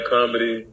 Comedy